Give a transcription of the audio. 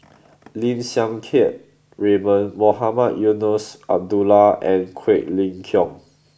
Lim Siang Keat Raymond Mohamed Eunos Abdullah and Quek Ling Kiong